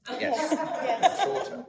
Yes